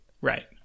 Right